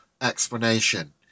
explanation